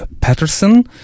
Patterson